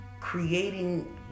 creating